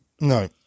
No